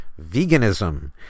veganism